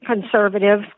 conservative